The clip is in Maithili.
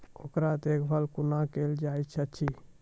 ओकर देखभाल कुना केल जायत अछि?